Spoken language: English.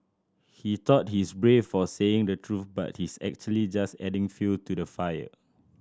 he thought he's brave for saying the truth but he's actually just adding fuel to the fire